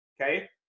okay